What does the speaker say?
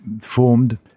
formed